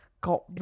got